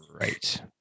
Right